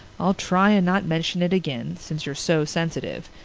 i'll try and not mention it again since you're so sensitive.